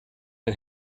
and